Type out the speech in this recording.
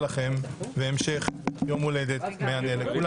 והמשך יום הולדת מהנה לכולם.